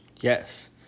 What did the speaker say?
Yes